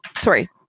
sorry